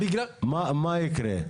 מה יקרה?